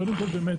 קודם כל רקע.